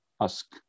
Ask